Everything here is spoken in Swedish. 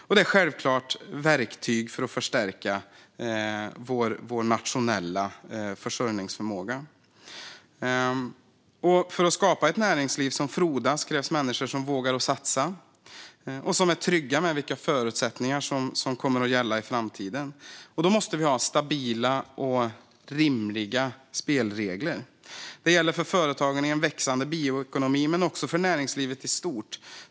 Detta är självklart verktyg för att förstärka vår nationella försörjningsförmåga. För att skapa ett näringsliv som frodas krävs människor som vågar satsa och som är trygga med vilka förutsättningar som kommer att gälla i framtiden. Då måste vi ha stabila och rimliga spelregler, så att vi skapar rätt förutsättningar. Det gäller för företagen i en växande bioekonomi men också för näringslivet i stort.